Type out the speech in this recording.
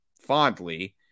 fondly